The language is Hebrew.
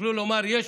שיוכלו לומר: יש